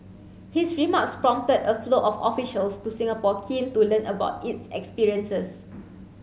his remarks prompted a flow of officials to Singapore keen to learn about its experiences